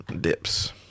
dips